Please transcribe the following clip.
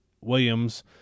Williams